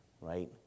right